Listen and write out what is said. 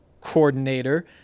coordinator –